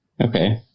Okay